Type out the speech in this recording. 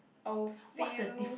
our feel